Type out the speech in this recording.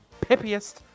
Pippiest